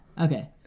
okay